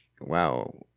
wow